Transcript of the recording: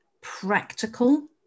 practical